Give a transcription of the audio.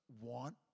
want